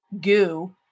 goo